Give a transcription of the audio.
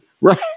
Right